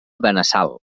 benassal